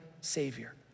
savior